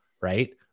right